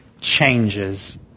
changes